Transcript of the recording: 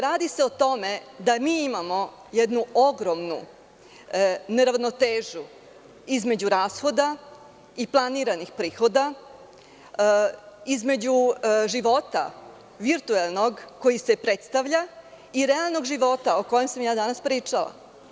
Radi se o tome da mi imamo jednu ogromnu neravnotežu između rashoda i planiranih prihoda, između života, virtuelnog, koji se predstavlja i realnog života o kojem sam ja danas pričala.